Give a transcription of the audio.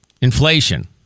inflation